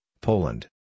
Poland